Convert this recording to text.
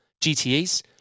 GTEs